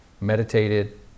meditated